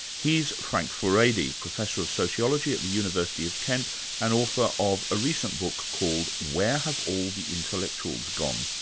he's frank furedi, professor of sociology at the university of kent and author of a recent book called where have all the intellectuals gone?